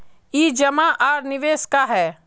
ई जमा आर निवेश का है?